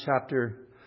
chapter